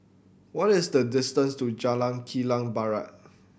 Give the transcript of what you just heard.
what is the distance to Jalan Kilang Barat